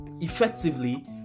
effectively